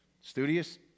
studious